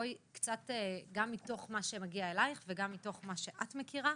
גם מתוך מה שמגיע אלייך וגם מתוך מה שאת מכירה,